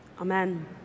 Amen